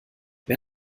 wer